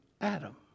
Adam